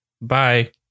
Bye